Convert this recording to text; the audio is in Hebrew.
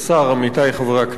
עמיתי חברי הכנסת,